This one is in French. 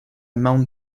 mount